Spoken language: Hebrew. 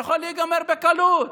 זה יכול להיגמר בקלות,